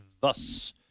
thus